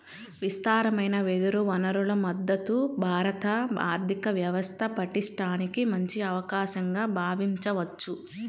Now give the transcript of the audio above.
విస్తారమైన వెదురు వనరుల మద్ధతు భారత ఆర్థిక వ్యవస్థ పటిష్టానికి మంచి అవకాశంగా భావించవచ్చు